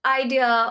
idea